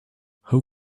how